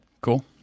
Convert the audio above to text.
Cool